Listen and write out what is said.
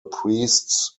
priests